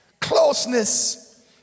closeness